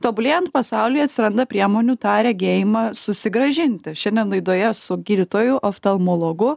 tobulėjant pasaulyje atsiranda priemonių tą regėjimą susigrąžinti šiandien laidoje su gydytoju oftalmologu